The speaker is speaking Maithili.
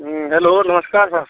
हैलो नमस्कार सर